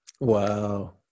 Wow